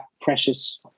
precious